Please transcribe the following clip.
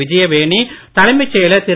விஜயவேணி தலைமைச் செயலர் திரு